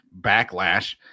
backlash